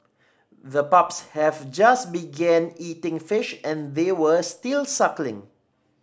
the pups have just began eating fish and they were still suckling